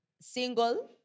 single